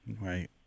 Right